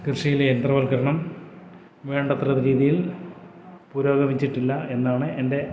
കൃഷിയിലെ യന്ത്രവൽക്കരണം വേണ്ടത്ര രീതിയിൽ പുരോഗമിച്ചിട്ടില്ലായെന്നാണ് എന്റെ